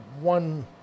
one